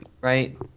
right